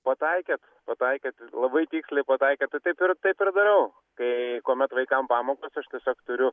pataikėt pataikėt labai tiksliai pataikėt tai taip ir taip ir darau kai kuomet vaikam pamokos aš tiesiog turiu